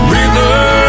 river